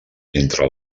entre